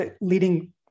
leading